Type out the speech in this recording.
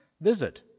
visit